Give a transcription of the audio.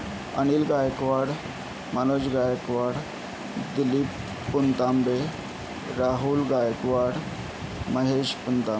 Anil Gaikwad Anuj Gaikwad Dilip Puntambe Rahul Gaikwad Mahesh Puntambe